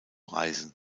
reisen